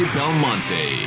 Belmonte